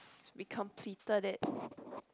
we completed it